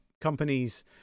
companies